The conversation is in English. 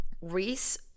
Reese